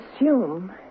assume